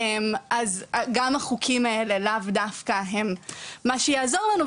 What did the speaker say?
אז גם החוקים האלה לאו דווקא הם מה שיעזור לנו.